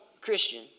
Christian